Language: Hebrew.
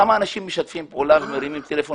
כמה אנשים משתפים פעולה ומרימים טלפון